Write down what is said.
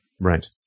Right